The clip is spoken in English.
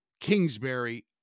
Kingsbury